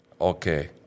Okay